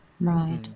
Right